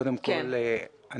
קודם כל,